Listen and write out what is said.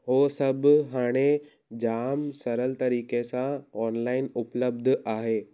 उहो सभु हाणे जाम सरल तरीक़े सां ऑनलाइन उपलब्ध आहे